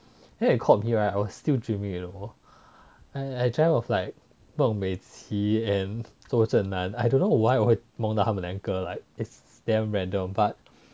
then when he called me right I was still dreaming you know I dreamt of like meng mei qi and koh zheng nan I don't know why 我会梦到他们两个 like it's damn random but